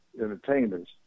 entertainers